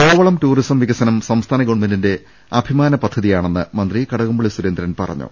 Kovalam tourism വികസനം സംസ്ഥാന ഗവൺമെന്റിന്റെ അഭി മാന പദ്ധതിയാണെന്ന് മന്ത്രി കടകംപള്ളി സുരേന്ദ്രൻ പറഞ്ഞു